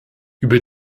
über